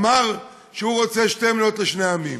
אמר שהוא רוצה שתי מדינות לשני עמים.